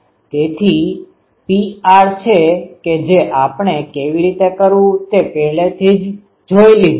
તેથી Pr છે કે જે આપણે કેવી રીતે કરવું તે પહેલેથી જ જોઈ લીધું છે